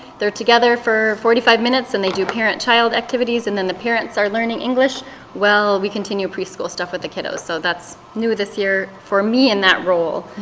they're together for forty five minutes and they do parent child activities and then the parents are learning english while we continue preschool stuff with the kiddos. so that's new this year for me in that role.